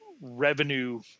revenue